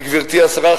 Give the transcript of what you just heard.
גברתי השרה,